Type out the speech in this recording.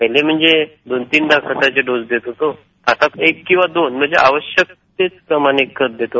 पहिले म्हणजे दोन तीनदा खताचे डोस देत होतो आता फक्त एक किंवा दोन म्हणजे आवश्यक तेच प्रमाणित खत देतो